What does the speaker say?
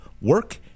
work